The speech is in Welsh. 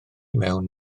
mewn